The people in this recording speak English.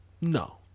no